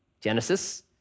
Genesis